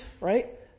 right